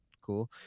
cool